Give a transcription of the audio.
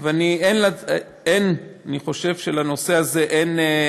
אני חושב שלנושא הזה אין